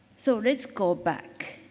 so, let's go back.